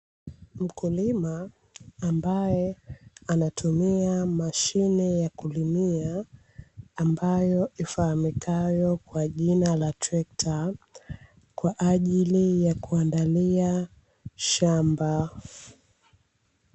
Mkulima ambaye anatumia mashine ya kulimia ambayo ifahamikayo kwa jina la trekta kwa ajili ya kuandalia shamba.